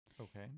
Okay